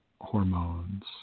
hormones